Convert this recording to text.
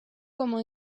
como